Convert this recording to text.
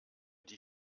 die